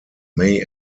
may